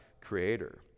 Creator